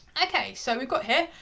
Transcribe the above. okay, so we've got here,